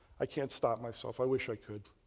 i can't stop myself. i wish i could.